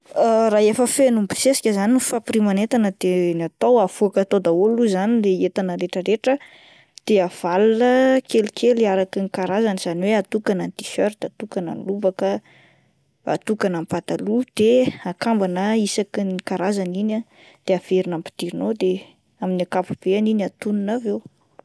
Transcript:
Raha efa feno mibosesika zany ny fampirimana entana de ny atao avoaka tao daholo lo zagny ny entana retraretra ah de avalina kelikely araka ny karazany izany hoe atokana ny tiserta atokana ny lobaka atokana ny pataloha de akambana isaky ny karazany iny ah de averina ampidirina ao de amin'ny akapobeany iny antonona avy eo.